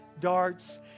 darts